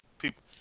people